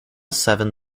seven